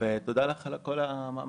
ותודה לך על כל המאמץ.